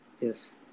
Yes